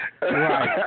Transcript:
Right